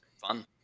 fun